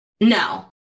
No